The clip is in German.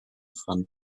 fand